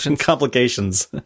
Complications